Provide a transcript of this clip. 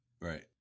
Right